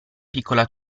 piccola